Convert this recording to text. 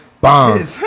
bomb